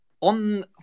on